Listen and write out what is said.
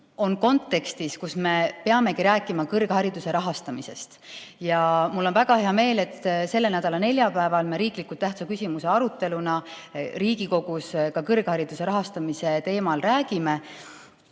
on kontekstis, kus me peamegi rääkima kõrghariduse rahastamisest. Ja mul on väga hea meel, et selle nädala neljapäeval me olulise tähtsusega riikliku küsimuse aruteluna Riigikogus ka kõrghariduse rahastamise teemal räägime.